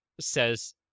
Says